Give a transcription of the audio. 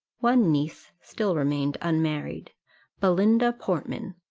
one niece still remained unmarried belinda portman,